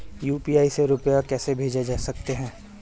UPI से रुपया कैसे भेज सकते हैं?